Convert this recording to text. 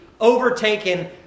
overtaken